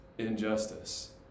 Injustice